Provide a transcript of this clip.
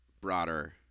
broader